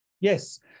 Yes